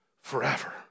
forever